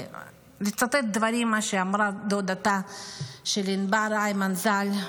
לצטט דברים שאמרה דודתה של ענבר הימן ז"ל,